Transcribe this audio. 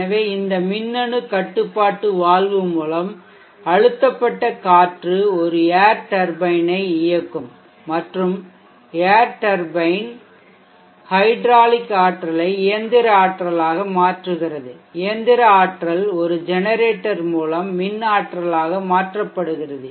எனவே இந்த மின்னணு கட்டுப்பாட்டு வால்வு மூலம் அழுத்தப்பட்ட காற்று ஒரு ஏர் டர்பைனை இயக்கும் மற்றும் ஏர் டர்பைன் ஹைட்ராலிக் ஆற்றலை இயந்திர ஆற்றலாக மாற்றுகிறது இயந்திர ஆற்றல் ஒரு ஜெனரேட்டர் மூலம் மின் ஆற்றலாக மாற்றப்படுகிறது